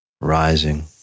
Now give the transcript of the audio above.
rising